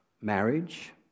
marriage